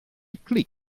clic